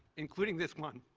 including this one,